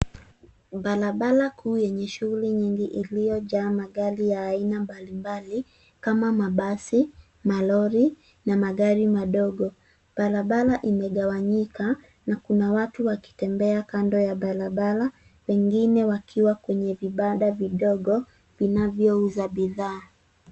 Barabara kuu yenye shughuli nyingi iliyojaa magari ya aina mbalimbali kama mabasi, malori na magari madogo. Barabara imegawanyika na kuna watu wakitembea kando ya barabara wengine wakiwa kwenye vibanda vidogo vinavyouza bidhaa.